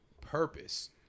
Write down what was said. purpose